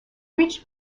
reached